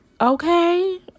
Okay